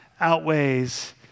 outweighs